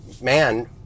man